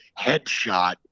headshot